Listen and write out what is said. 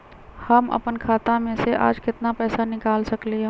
हम अपन खाता में से आज केतना पैसा निकाल सकलि ह?